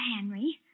Henry